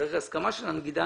שצריך הסכמה של הנגידה,